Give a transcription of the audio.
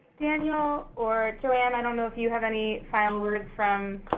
daniel or joanne, i don't know if you have any final word from